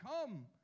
Come